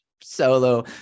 solo